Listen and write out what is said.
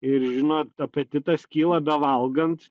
ir žino apetitas kyla bevalgant